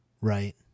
Right